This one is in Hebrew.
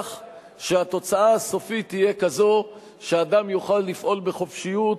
שהתוצאה הסופית תהיה כזאת שאדם יוכל לפעול בחופשיות,